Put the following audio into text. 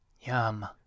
yum